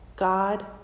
God